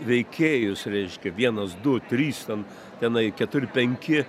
veikėjus reiškia vienas du trys ten tenai keturi penki